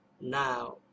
Now